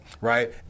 right